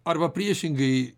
arba priešingai